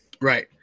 Right